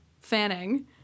Fanning